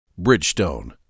Bridgestone